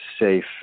safe